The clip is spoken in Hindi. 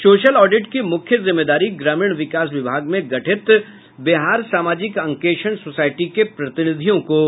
सोशल ऑडिट की मुख्य जिम्मेदारी ग्रामीण विकास विभाग में गठित बिहार सामाजिक अंकेक्षण सोसायटी के प्रतिनिधियों को दी गयी है